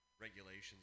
Regulations